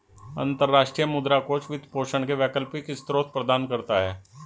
अंतर्राष्ट्रीय मुद्रा कोष वित्त पोषण के वैकल्पिक स्रोत प्रदान करता है